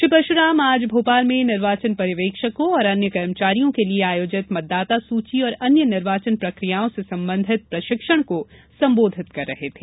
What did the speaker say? श्री परशुराम आज भोपाल में निर्वाचन पर्यवेक्षकों और अन्य कर्मचारियों के लिये आयोजित मतदाता सूची और अन्य निर्वाचन प्रक्रियाओं से संबंधित प्रशिक्षण को संबोधित कर रहे थे